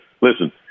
Listen